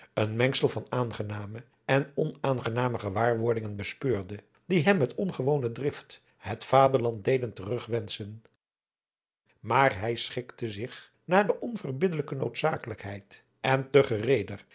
een mengsel van aangename en onaangename gewaarwordingen bespeurde die hem met ongewone drift het vaderland deden terug wenschen maar hij schikte zich naar de onverbiddelijke noodzakelijkheid en te gereeder